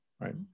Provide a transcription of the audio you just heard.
right